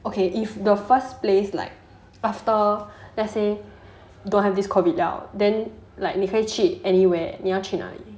okay if the first place like after let's say don't have this COVID 了 then 你可以去 anywhere 你要去哪里